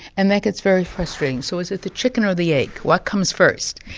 and that gets very frustrating, so is it the chicken or the egg? what comes first?